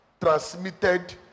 transmitted